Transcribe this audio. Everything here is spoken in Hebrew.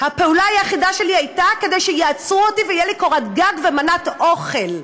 הפעולה היחידה שלי הייתה כדי שיעצרו אותי ותהיה לי קורת גג ומנת אוכל.